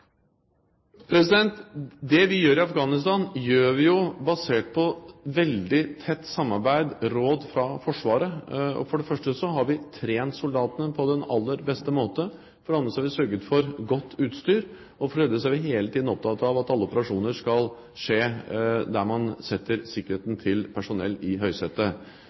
Det vi gjør i Afghanistan, gjør vi basert på veldig tett samarbeid med og råd fra Forsvaret. For det første har vi trent soldatene på den aller beste måte. For det andre har vi sørget for godt utstyr. Og for det tredje er vi hele tiden opptatt av at man ved alle operasjoner skal sette sikkerheten til personell i høysetet.